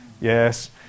Yes